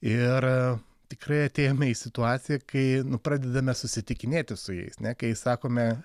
ir tikrai atėjome į situaciją kai pradedame susitikinėti su jais ne kai sakome